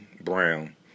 brown